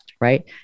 Right